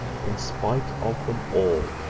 in spite of them all